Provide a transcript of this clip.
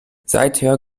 seither